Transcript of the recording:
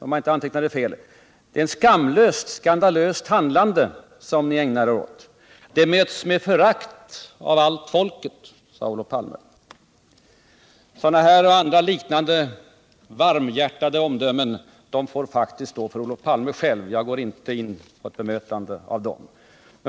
Om jag inte antecknade fel sade herr Palme: Det var ett skamlöst, skandalöst handlande som ni ägnade er åt. Det möts med förakt av allt folket, sade Olof Palme. — Sådana här och andra liknande ”varmhjärtade” omdömen får faktiskt stå för Olof Palme själv. Jag går inte in på ett bemötande av dem.